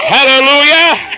Hallelujah